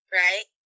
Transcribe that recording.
right